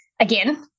again